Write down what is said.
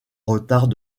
retard